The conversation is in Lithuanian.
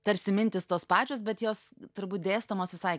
tarsi mintys tos pačios bet jos turbūt dėstomos visai